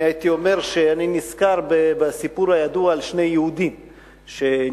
הייתי אומר שאני נזכר בסיפור הידוע על שני יהודים שנפגשים,